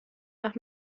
nach